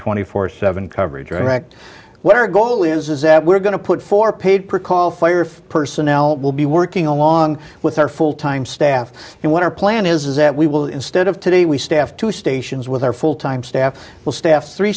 twenty four seven coverage wrecked what our goal is is that we're going to put four paid per call fire if personnel will be working along with our full time staff and what our plan is is that we will instead of today we staffed two stations with our full time staff will staff three